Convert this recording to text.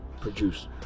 produce